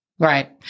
Right